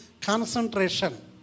concentration